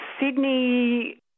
Sydney